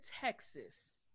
texas